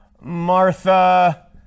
Martha